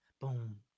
boom